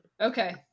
okay